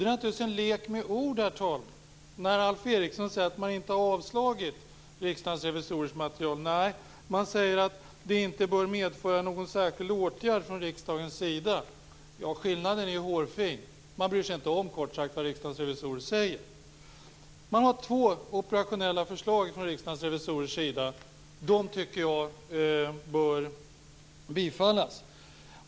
Det är alltså en lek med ord, herr talman, när Alf Eriksson säger att man inte har avstyrkt Riksdagens revisorers material. Nej, man säger att det inte bör medföra någon särskild åtgärd från riksdagens sida. Skillnaden är hårfin. Kort sagt: Man bryr sig inte om vad Riksdagens revisorer säger. Det finns två operationella förslag från Riksdagens revisorer. Dessa tycker jag bör bifallas.